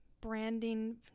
branding